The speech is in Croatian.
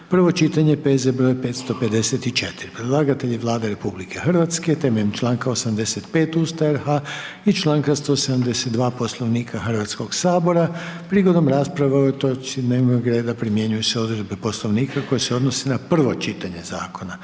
prvo čitanje, P.Z. br. 554 Predlagatelj je Vlada Republike Hrvatske temeljem čl. 85. Ustava RH i čl. 172. Poslovnika Hrvatskog sabora. Prigodom rasprave o ovoj točci dnevnog reda, primjenjuju se odredbe poslovnika koje se odnose na prvo čitanje zakona.